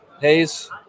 Hayes